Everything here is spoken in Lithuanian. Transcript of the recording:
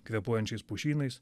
kvėpuojančiais pušynais